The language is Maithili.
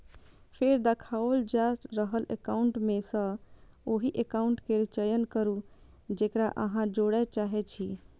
फेर देखाओल जा रहल एकाउंट मे सं ओहि एकाउंट केर चयन करू, जेकरा अहां जोड़य चाहै छी